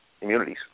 immunities